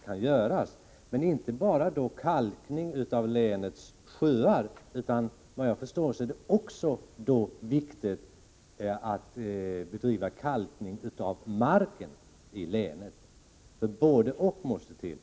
Men såvitt jag förstår är det viktigt att man inte bara kalkar länets sjöar utan att man även kalkar marken i länet, bådadera måste till.